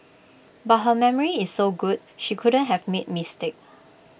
but her memory is so good she couldn't have made mistake